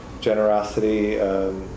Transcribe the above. generosity